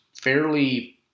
fairly